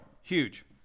Huge